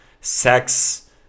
sex